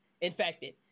infected